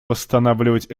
восстанавливать